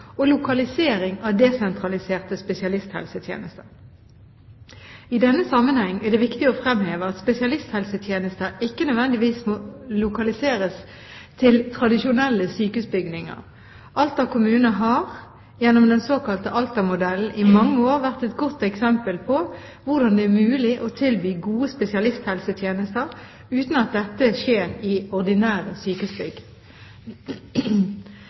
og lokalisering av desentraliserte spesialisthelsetjenester. I denne sammenheng er det viktig å fremheve at spesialisthelsetjenester ikke nødvendigvis må lokaliseres til tradisjonelle sykehusbygninger. Alta kommune har – gjennom den såkalte Alta-modellen – i mange år vært et godt eksempel på hvordan det er mulig å tilby gode spesialisthelsetjenester uten at dette skjer i ordinære sykehusbygg.